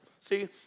See